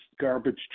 garbage